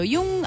Yung